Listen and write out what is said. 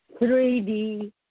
3D